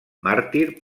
màrtir